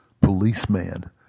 policeman